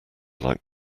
like